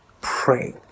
pray